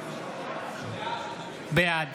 בעד